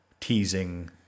teasing